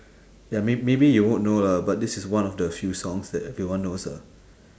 ya mayb~ maybe you won't know lah but this is one of the few songs that everyone knows ah